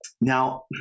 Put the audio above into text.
Now